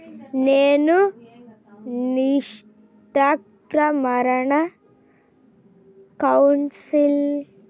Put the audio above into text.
నేను నిష్క్రమణ కౌన్సెలింగ్ ఎలా ఎందుకు పూర్తి చేయాలి?